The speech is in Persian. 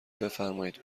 بفرمایید